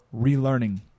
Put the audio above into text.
relearning